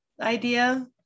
idea